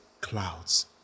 clouds